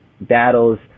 battles